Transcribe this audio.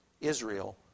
Israel